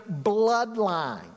bloodline